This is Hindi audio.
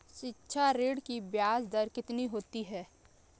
शिक्षा ऋण की ब्याज दर कितनी होती है?